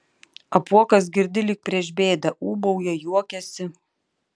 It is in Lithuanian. apuokas girdi lyg prieš bėdą ūbauja juokiasi